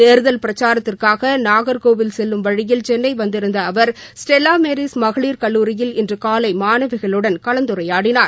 தேர்தல் பிரச்சாரத்துக்காக நாகர்கோவில் செல்லும் வழியில் சென்னை வந்திருந்த அவர் ஸ்டெல்லா மோஸ் மகளிர் கல்லூரியில் இன்று காலை மாணவிகளுடன் கலந்துரையாடினார்